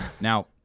Now